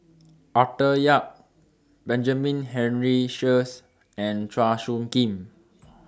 Arthur Yap Benjamin Henry Sheares and Chua Soo Khim